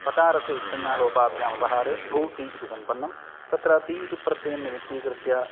पकारस्य इत्संज्ञालोपाभ्याम् अपहारे भू ति इति सम्पन्नं तत्र ति इति प्रत्ययं निमित्तीकृत्य